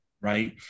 right